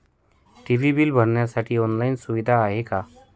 TV bill भरण्यासाठी online सुविधा आहे का?